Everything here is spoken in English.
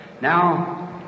Now